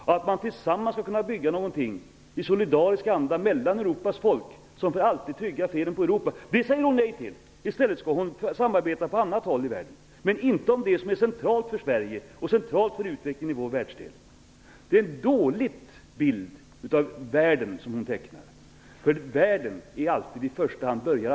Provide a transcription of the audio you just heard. Tillsammans skall man kunna bygga någonting i solidarisk anda mellan Europas folk som för alltid tryggar freden i Europa. Det säger Miljöpartiet nej till. I stället skall Marianne Samuelsson samarbeta på annat håll i världen, men inte samarbeta om det som är centralt för Sverige och utvecklingen i vår världsdel. Det är en dålig bild av världen som hon tecknar. Världen börjar alltid i vår närhet.